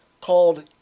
called